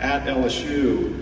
at lsu,